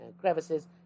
crevices